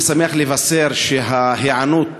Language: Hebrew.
אני שמח לבשר שההיענות